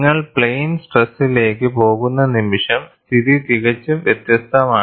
നിങ്ങൾ പ്ലെയിൻ സ്ട്രെസ്സിലേക്ക് പോകുന്ന നിമിഷം സ്ഥിതി തികച്ചും വ്യത്യസ്തമാണ്